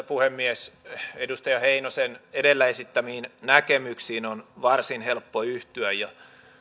puhemies edustaja heinosen edellä esittämiin näkemyksiin on varsin helppo yhtyä ja